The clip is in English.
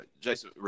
Jason